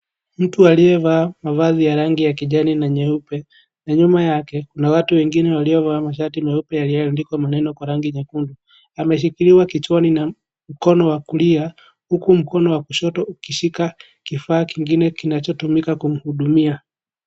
Mtu aliyevaa mavazi ya rangi ya kijani na nyeupe, na nyuma yake kuna watu wengine waliova mashati yaliyo andikwa maneno kwa rangi nyekundu. Ameshikiliwa kichwani na mkono wa kulia, huku mkono wa kushoto ukishika kifaa kingine kinachotumika kumhudumia.